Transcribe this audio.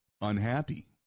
unhappy